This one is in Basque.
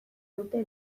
dute